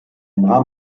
nahm